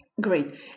Great